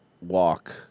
walk